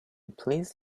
please